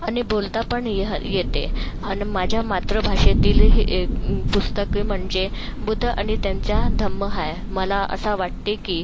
आणि बोलता पण येहल येते अन् माझ्या मातृभाषेतील हे एक पुस्तक म्हणजे बुद्ध अणि त्यांचा धम्म आहे मला असा वाटते की